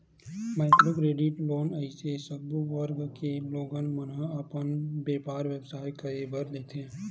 micro credit loan अइसे सब्बो वर्ग के लोगन मन ह अपन बेपार बेवसाय करे बर लेथे